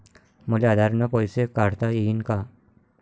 मले आधार न पैसे काढता येईन का?